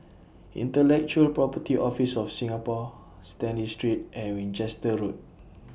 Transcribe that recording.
Intellectual Property Office of Singapore Stanley Street and Winchester Road